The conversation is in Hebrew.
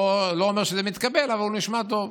לא אומר שזה מתקבל, אבל הוא נשמע טוב.